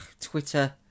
Twitter